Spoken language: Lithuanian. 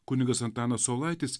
kunigas antanas saulaitis